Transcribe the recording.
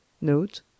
Note